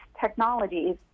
technologies